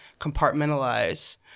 compartmentalize